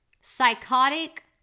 psychotic